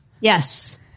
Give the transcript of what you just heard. Yes